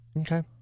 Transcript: Okay